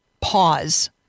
pause